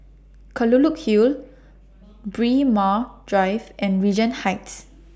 Kelulut Hill Braemar Drive and Regent Heights